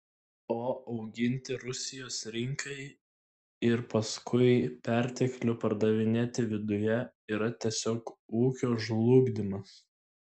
o auginti rusijos rinkai ir paskui perteklių pardavinėti viduje yra tiesiog ūkio žlugdymas